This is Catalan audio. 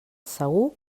segur